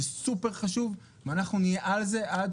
זה סופר חשוב ואנחנו נהיה על זה עד